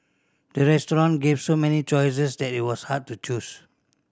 the restaurant gave so many choices that it was hard to choose